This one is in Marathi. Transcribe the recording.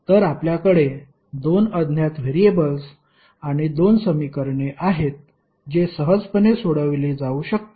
तर आपल्याकडे दोन अज्ञात व्हेरिएबल्स आणि दोन समीकरणे आहेत जे सहजपणे सोडविली जाऊ शकतात